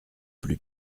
plus